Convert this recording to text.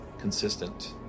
consistent